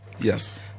Yes